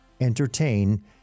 entertain